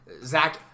Zach